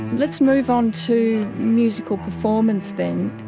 let's move on to musical performance then,